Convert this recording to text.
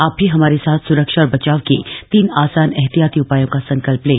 आप भी हमारे साथ स्रक्षा और बचाव के तीन आसान एहतियाती उपायों का संकल्प लें